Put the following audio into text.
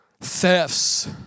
thefts